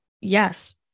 yes